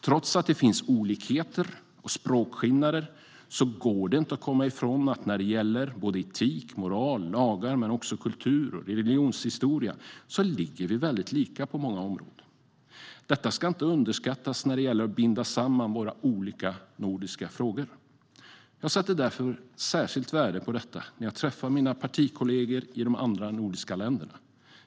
Trots att det finns olikheter och språkskillnader går det inte att komma ifrån att vi ligger väldigt nära varandra på många områden när det gäller såväl etik, moral och lagar som kultur och religionshistoria. Detta ska inte underskattas när det gäller att binda samman våra olika nordiska frågor. Jag sätter särskilt värde på detta när jag träffar mina partikollegor i de andra nordiska länderna.